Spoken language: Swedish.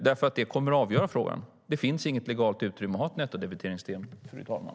Det kommer att avgöra frågan. Det finns inget legalt utrymme att ha ett nettodebiteringssystem, fru talman.